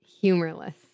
Humorless